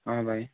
अँ भाइ